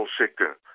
sector